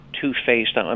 two-faced